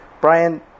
Brian